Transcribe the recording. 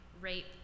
rape